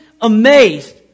amazed